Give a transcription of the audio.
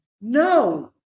No